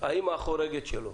האימא החורגת שלו,